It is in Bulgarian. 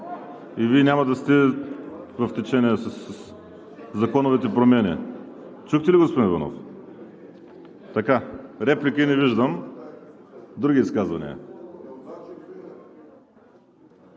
и Вие няма да сте в течение със законовите промени. Чухте ли, господин Иванов? Реплики? Не виждам. Други изказвания?